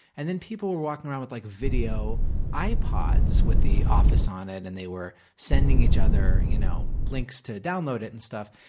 and then people were walking around with like video video ipods with the office on it and they were sending each other you know links to download it and stuff.